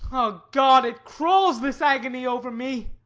god, it crawls this agony, over me!